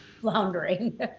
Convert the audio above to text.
floundering